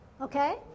Okay